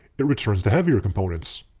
it returns the heavier components.